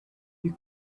you